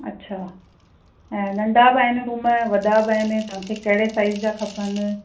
अच्छा ऐं नंढा बि आहिनि रुम वॾा बि आहिनि तव्हांखे कहिड़े साइज जा खपनि